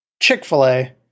Chick-fil-A